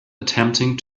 attempting